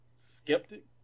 skeptic